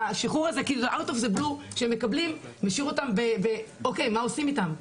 והשחרור הזה משום מקום שהם מקבלים משאיר אותם ב-אוקי מה עושים איתם.